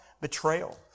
betrayal